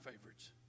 favorites